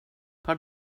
par